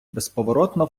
безповоротно